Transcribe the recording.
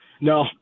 No